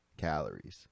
calories